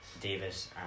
davis